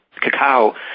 Cacao